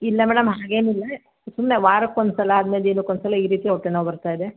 ಇಲ್ಲ ಮೇಡಮ್ ಹಾಗೇನಿಲ್ಲ ಸುಮ್ಮನೆ ವಾರಕ್ಕೆ ಒಂದು ಸಲ ಹದಿನೈದು ದಿನಕ್ಕೆ ಒಂದು ಸಲ ಈ ರೀತಿ ಹೊಟ್ಟೆ ನೋವು ಬರ್ತಾಯಿದೆ